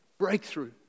Breakthrough